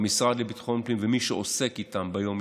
במשרד לביטחון פנים ומי שעוסק איתם ביום-יום,